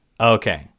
Okay